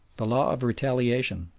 the law of retaliation,